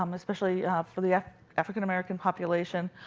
um especially for the african-american population.